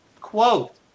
quote